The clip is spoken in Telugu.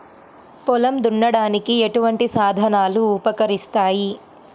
పొలం దున్నడానికి ఎటువంటి సాధనాలు ఉపకరిస్తాయి?